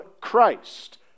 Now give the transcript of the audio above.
Christ